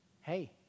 Hey